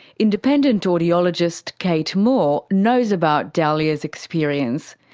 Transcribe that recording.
independent audiologist kate moore knows about dahlia's experience.